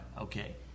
Okay